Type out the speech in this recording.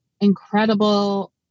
incredible